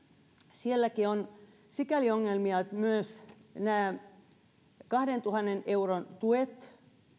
sielläkin on sikäli ongelmia että myös nämä kahdentuhannen euron tuet